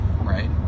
right